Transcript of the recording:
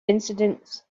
incidents